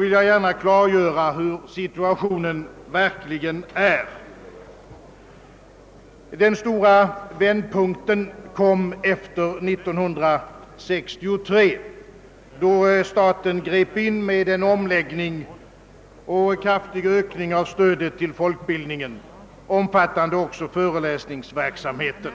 vill jag gärna klargöra, hurdan situationen verkligen är. Den stora vändpunkten kom efter 1963, när staten grep in med en omläggning och kraftig ökning av stödet till folkbildningen, omfattande också föreläsningsverksamheten.